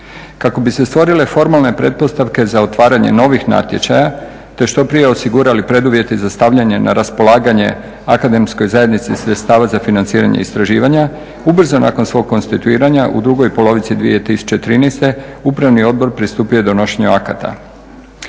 Kako bi se stvorile formalne pretpostavke za otvaranje novih natječaja te što prije osigurali preduvjeti na stavljanje na raspolaganje akademskoj zajednici sredstava za financiranje istraživanja ubrzo nakon svog konstatiranja u drugoj polovici 2013. upravni odbor pristupi je donošenju akata.